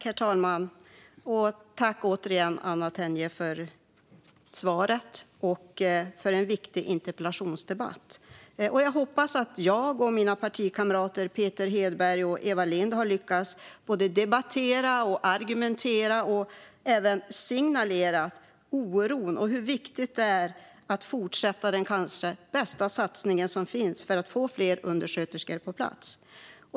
Herr talman! Tack återigen, Anna Tenje, för svaret och för en viktig interpellationsdebatt! Jag hoppas att jag och mina partikamrater Peter Hedberg och Eva Lindh har lyckats både debattera, argumentera och även signalera oron och hur viktigt det är att fortsätta den kanske bästa satsning som finns för att få fler undersköterskor på plats.